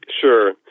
Sure